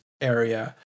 area